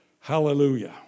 Hallelujah